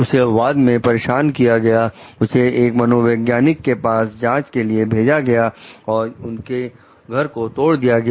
उसे बाद में परेशान किया गया उसे एक मनोचिकित्सक के पास जांच के लिए भेजा गया और उसके घर को तोड़ दिया गया